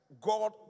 God